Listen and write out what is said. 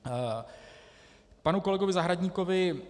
K panu kolegovi Zahradníkovi.